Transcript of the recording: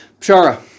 Pshara